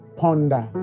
ponder